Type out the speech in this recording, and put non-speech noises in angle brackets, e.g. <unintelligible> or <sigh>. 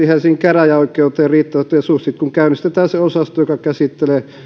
<unintelligible> helsingin käräjäoikeuteen kun käynnistetään se osasto joka käsittelee